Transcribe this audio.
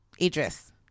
Idris